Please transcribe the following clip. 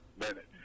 minute